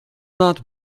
not